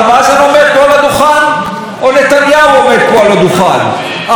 אבו מאזן ראש הממשלה שלנו או נתניהו ראש הממשלה שלנו?